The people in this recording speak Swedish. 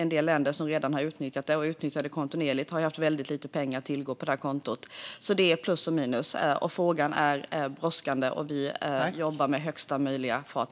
En del länder som redan har utnyttjat stödet, och utnyttjar det kontinuerligt, har haft lite pengar att tillgå på det kontot. Det är plus och minus. Frågan brådskar, och vi jobbar med högsta möjliga fart.